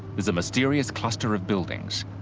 is a mysterious cluster of buildings.